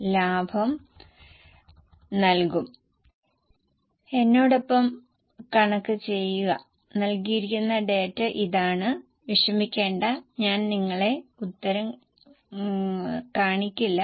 അതിനാൽ മറ്റെല്ലാ ഇനങ്ങളും നേരിട്ട് നൽകുന്നു എന്നാൽ വിൽപ്പനയും അഡ്മിനും ഒരുമിച്ചാണ് നൽകിയിരിക്കുന്നത് ഈ അനുപാതം 80 20 ൽ വീതിക്കണം ബാക്കി ഡാറ്റ ഉപയോഗപ്രദമാണ് അവസാന വരിയിൽ ലക്ഷക്കണക്കിന് മെട്രിക് ടൺ വിൽപ്പനയെക്കുറിച്ച് നിങ്ങളോട് പറയുന്നു